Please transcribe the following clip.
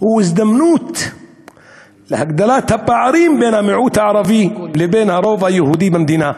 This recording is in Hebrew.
הוא הזדמנות להגדלת הפערים בין המיעוט הערבי לבין הרוב היהודי במדינה.